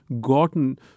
gotten